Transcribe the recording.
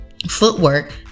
footwork